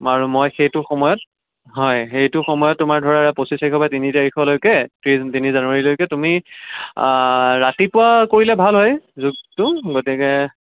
আৰু মই সেইটো সময়ত হয় সেইটো সময়ত তোমাৰ ধৰা পঁচিছ তাৰিখৰ পৰা তিনি তাৰিখলৈকে তি তিনি জানুৱাৰীলৈকে তুমি ৰাতিপুৱা কৰিলে ভাল হয় যোগটো গতিকে